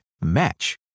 match